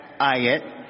ayat